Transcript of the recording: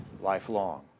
lifelong